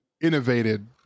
innovated